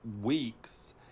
weeks